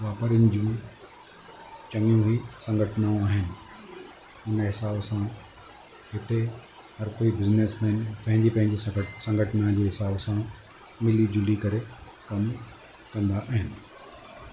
वापारियुनि जूं चङियूं ई संगठनाऊं आहिनि उन हिसाब सां हिते हर कोई बिज़निस मैन पंहिंजी पंहिंजी संगठना जे हिसाब सां मिली जुली करे कमु कंदा आहिनि